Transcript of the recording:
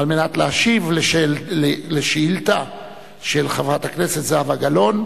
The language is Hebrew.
על מנת להשיב על שאילתא של חברת הכנסת זהבה גלאון